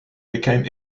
became